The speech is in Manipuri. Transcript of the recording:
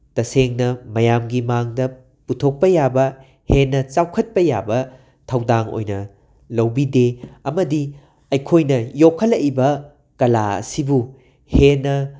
ꯇꯁꯦꯡꯅ ꯃꯌꯥꯝꯒꯤ ꯃꯥꯡꯗ ꯄꯨꯊꯣꯛꯄ ꯌꯥꯕ ꯍꯦꯟꯅ ꯆꯥꯎꯈꯠꯄ ꯌꯥꯕ ꯊꯧꯗꯥꯡ ꯑꯣꯏꯅ ꯂꯧꯕꯤꯗꯦ ꯑꯃꯗꯤ ꯑꯩꯈꯣꯏꯅ ꯌꯣꯛꯈꯠꯂꯛꯏꯕ ꯀꯂꯥ ꯑꯁꯤꯕꯨ ꯍꯦꯟꯅ